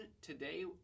today